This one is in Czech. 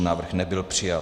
Návrh nebyl přijat.